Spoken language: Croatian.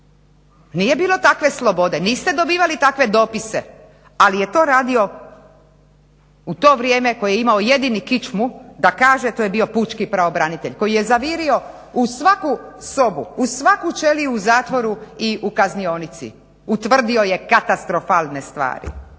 Nije bilo takve slobode, niste dobivali takve dopise, ali je to radio u to vrijeme koji je imao jedini kičmu da kaže to je bio pučki pravobranitelj koji je zavirio u svaku sobu, u svaku ćeliju u zatvoru i u kaznionici. Utvrdio je katastrofalne stvari,